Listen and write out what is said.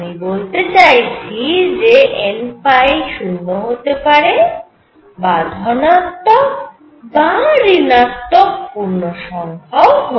আমি বলতে চাইছি যে n 0 হতে পারে বা ধনাত্মক বা ঋণাত্মক পূর্ণসংখ্যা ও হতে পারে